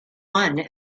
one